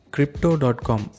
Crypto.com